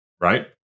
Right